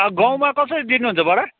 गाउँमा कसरी दिनुहुन्छ बडा